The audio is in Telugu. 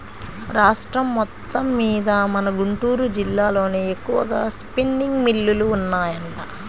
రాష్ట్రం మొత్తమ్మీద మన గుంటూరు జిల్లాలోనే ఎక్కువగా స్పిన్నింగ్ మిల్లులు ఉన్నాయంట